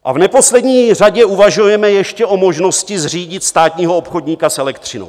A v neposlední řadě uvažujeme ještě o možnosti zřídit státního obchodníka s elektřinou.